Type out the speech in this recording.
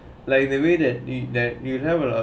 like the way that that need that you have uh